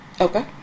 Okay